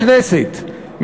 בכנסת,